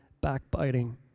backbiting